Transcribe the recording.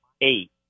eight